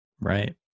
right